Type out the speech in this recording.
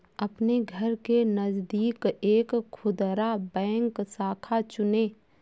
अपने घर के नजदीक एक खुदरा बैंक शाखा चुनें